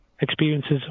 experiences